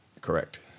Correct